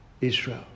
Israel